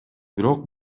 бирок